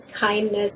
kindness